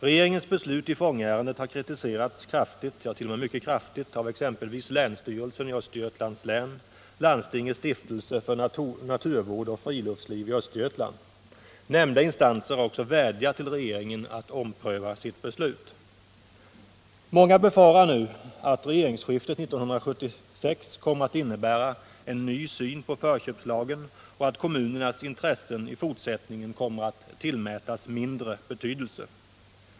Regeringens beslut i Fångöärendet har kritiserats kraftigt av exempelvis länsstyrelsen i Östergötlands län och landstingets stiftelse för naturvård och friluftsliv i Östergötland. Nämnda instanser har också vädjat till regeringen att ompröva sitt beslut. Många befarar nu att regeringsskiftet 1976 kommer att innebära en ny syn på förköpslagen och att kommunernas intressen i fortsättningen kommer att tillmätas mindre betydelse.